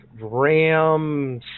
ram